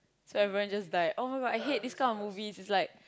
so everyone just died [oh]-my-God I hate this kind of movie it's like